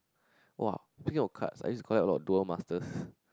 !wah! thinking of cards I used to collect a lot of Dual Masters